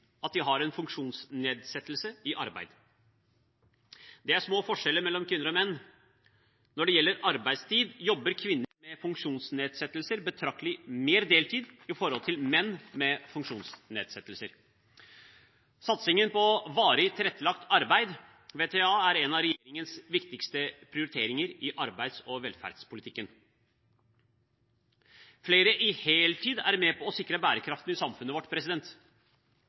at de har en funksjonsnedsettelse, i arbeid. Det er små forskjeller mellom kvinner og menn. Når det gjelder arbeidstid, jobber kvinner med funksjonsnedsettelse betraktelig mer deltid i forhold til menn med funksjonsnedsettelser. Satsingen på varig tilrettelagt arbeid, VTA, er en av regjeringens viktigste prioriteringer i arbeids- og velferdspolitikken. Flere i heltid er med på å sikre bærekraft i samfunnet vårt.